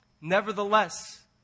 Nevertheless